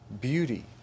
beauty